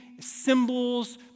symbols